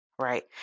Right